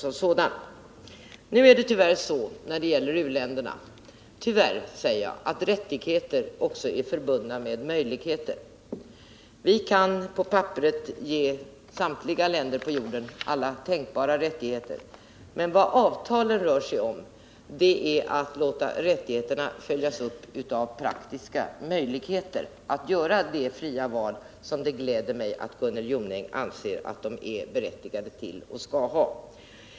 Nu är det tyvärr — tyvärr, säger jag — så när det gäller u-länderna att rättigheter också är förbundna med möjligheter. Vi kan på papperet ge samtliga länder på jorden alla tänkbara rättigheter, men vad avtalen rör sig om är ju att låta rättigheterna följas upp av praktiska möjligheter att göra det fria val som det gläder mig att Gunnel Jonäng anser att de både är berättigade till och skall ha.